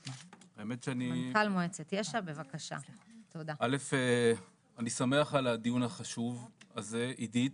דבר ראשון אני שמח על הדיון החשוב הזה עידית,